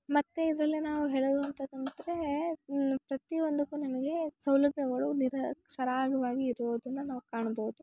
ಮತ್ತು ಇದರಲ್ಲಿ ನಾವು ಹೇಳೋದು ಅಂತಂದ್ರೆ ಪ್ರತಿ ಒಂದಕ್ಕೂ ನಮಗೆ ಸೌಲಭ್ಯಗಳು ನಿರಾಗ್ ಸರಾಗವಾಗಿ ಇರೋದನ್ನ ನಾವು ಕಾಣ್ಬೌದು